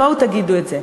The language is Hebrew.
בואו תגידו את זה.